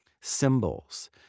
symbols